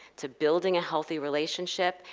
to building a healthy relationship,